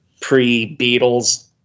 pre-Beatles